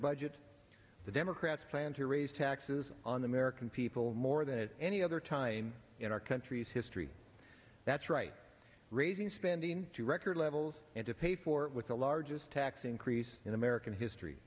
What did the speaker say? budget the democrats plan to raise taxes on the american people more than any other time in our country's history that's right raising spending to record levels and to pay for it with the largest tax increase in american history